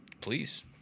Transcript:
Please